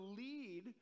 lead